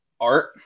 art